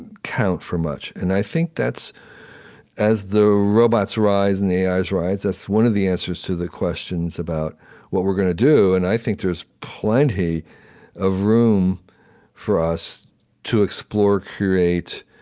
and count for much and i think that's as the robots rise and the ais rise that's one of the answers to the questions about what we're gonna do, and i think there's plenty of room for us to explore, curate,